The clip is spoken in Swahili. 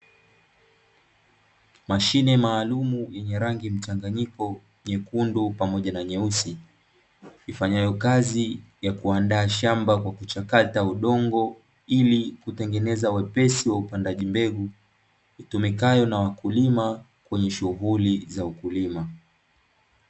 Mashine maalumu yenye rangi mchanganyiko, nyekundu pamoja na nyeusi, ifanyayo kazi ya kuandaa shamba kwa kuchakata udongo ili kutengeneza wepesi wa upandaji mbegu, itumikayo na wakulima kwenye shughuli za ukulima.